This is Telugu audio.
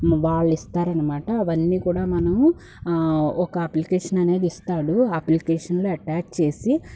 వాళ్ళిస్తారన్నమాట అవన్నీ కూడా మనము ఒక అప్లికేషన్ అనేది ఇస్తారు ఆ అప్లికేషన్ అటాచ్ చేసి